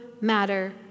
matter